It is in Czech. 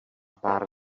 pár